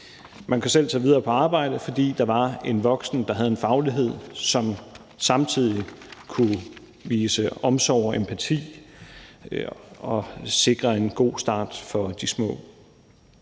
Man kunne selv tage videre på arbejde, fordi der var en voksen, der havde en faglighed, og som samtidig kunne vise omsorg og empati og sikre en god start for de små.